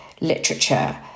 literature